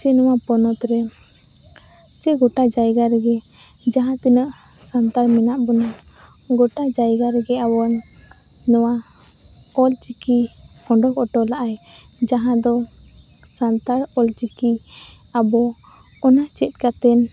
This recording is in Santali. ᱪᱮ ᱱᱚᱣᱟ ᱯᱚᱱᱚᱛ ᱨᱮ ᱪᱮ ᱜᱚᱴᱟ ᱡᱟᱭᱜᱟᱨᱮᱜᱮ ᱡᱟᱦᱟᱸ ᱛᱤᱱᱟᱹᱜ ᱥᱟᱱᱛᱟᱲ ᱢᱮᱱᱟᱜ ᱵᱚᱱᱟ ᱜᱚᱴᱟ ᱡᱟᱭᱜᱟ ᱨᱮᱜᱮ ᱟᱵᱚ ᱱᱚᱣᱟ ᱚᱞ ᱪᱤᱠᱤ ᱚᱰᱳᱠ ᱚᱴᱚᱞᱮᱫᱼᱟᱭ ᱡᱟᱦᱟᱸ ᱫᱚ ᱥᱟᱱᱛᱟᱲ ᱚᱞ ᱪᱤᱠᱤ ᱟᱵᱚ ᱚᱱᱟ ᱪᱮᱫ ᱠᱟᱛᱮᱱ